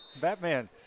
Batman